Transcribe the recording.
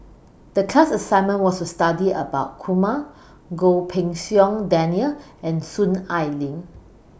The class assignment was to study about Kumar Goh Pei Siong Daniel and Soon Ai Ling